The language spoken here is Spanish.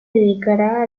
dedicará